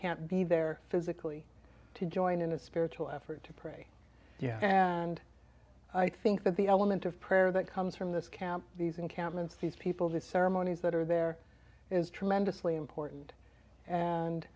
can't be there physically to join in a spiritual effort to pray and i think that the element of prayer that comes from this camp these encampments these people these ceremonies that are there is tremendously important and